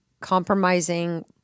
compromising